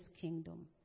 kingdom